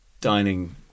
dining